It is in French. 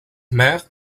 mère